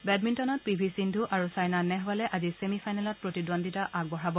বেডমিণ্টনত P V Sindhu আৰু ছাইনা নেহৱালে আজি ছেমি ফাইনেলত প্ৰতিদ্বন্দ্বিতা আগবঢ়াব